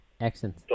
excellent